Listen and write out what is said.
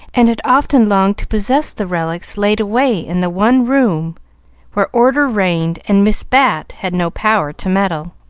and had often longed to possess the relics laid away in the one room where order reigned and miss bat had no power to meddle.